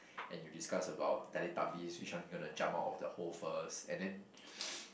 and you discuss about Teletubbies which one is gonna jump out of the hole first and then